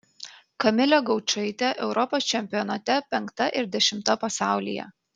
kamilė gaučaitė europos čempionate penkta ir dešimta pasaulyje